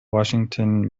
washington